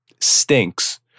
stinks